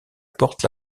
porte